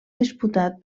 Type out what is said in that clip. disputat